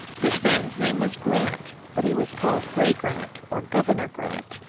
this man's name was grant, but he was called gray grant, or governor grant.